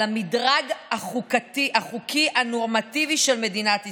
המדרג החוקי הנורמטיבי של מדינת ישראל.